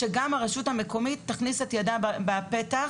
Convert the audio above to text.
בלי שהרשות המקומית תכניס את ידה בפתח,